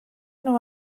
nhw